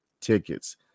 tickets